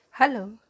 Hello